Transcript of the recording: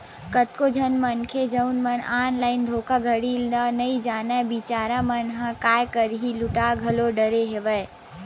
कतको झन मनखे जउन मन ऑनलाइन धोखाघड़ी ल नइ जानय बिचारा मन ह काय करही लूटा घलो डरे हवय